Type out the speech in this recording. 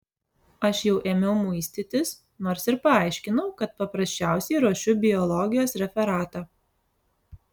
aš jau ėmiau muistytis nors ir paaiškinau kad paprasčiausiai ruošiu biologijos referatą